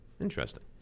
Interesting